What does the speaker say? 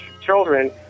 children